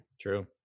true